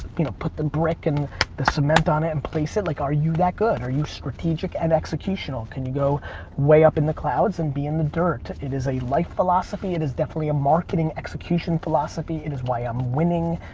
you know, put the brick and the cement on it and place it? like, are you that good? are you strategic and executional? can you go way up in the clouds and be in the dirt? it is a life philosophy, it is definitely a marketing execution philosophy, it is why i'm winning.